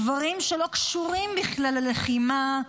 דברים שלא קשורים בכלל ללחימה,